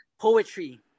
poetry